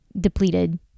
depleted